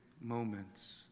moments